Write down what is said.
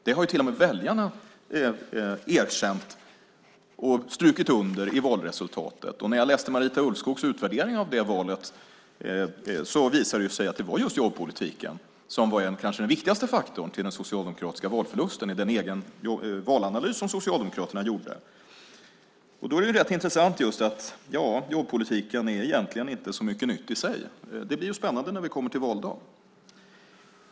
Det har till och med väljarna erkänt och strukit under i valresultatet. När jag läste Marita Ulvskogs utvärdering av valet visade det sig att just jobbpolitiken kanske var den viktigaste faktorn till den socialdemokratiska valförlusten. Det visade den egna valanalys som Socialdemokraterna gjorde. Då är det intressant att man säger att jobbpolitiken egentligen inte är så mycket nytt i sig. Det blir spännande när vi kommer till valdagen.